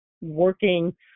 working